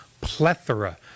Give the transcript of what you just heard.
plethora